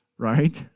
Right